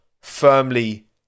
firmly